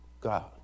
God